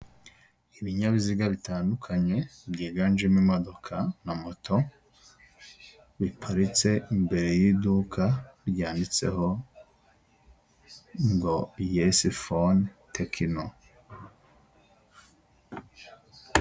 ibinyabiziga bitandukanye byiganjemo imodoka na moto biparitse imbere y'iduka ryanditseho ngo yes phone techno